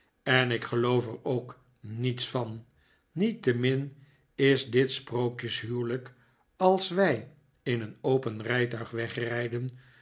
en ik geloof er ook niets van niettemin is dit sprookjeshuwelijk als wij in een open rijtuig wegrijden